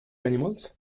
animals